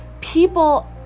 people